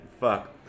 Fuck